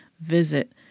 visit